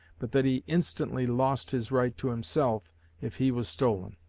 but that he instantly lost his right to himself if he was stolen.